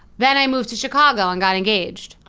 then i moved to chicago and got engaged.